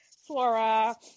Flora